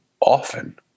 often